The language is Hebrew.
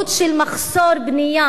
המדינה.